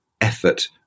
effort